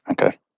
Okay